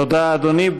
תודה, אדוני.